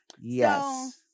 yes